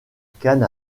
canne